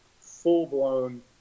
full-blown